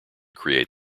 create